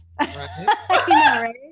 right